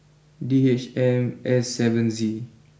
D H M S seven Z